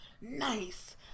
nice